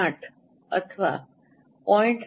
8 અથવા 0